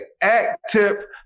active